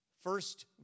First